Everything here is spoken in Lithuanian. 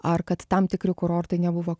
ar kad tam tikri kurortai nebuvo